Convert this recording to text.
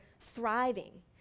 thriving